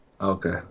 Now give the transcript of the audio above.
Okay